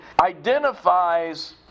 identifies